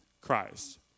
Christ